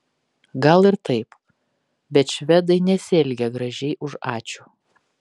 gal ir taip bet švedai nesielgia gražiai už ačiū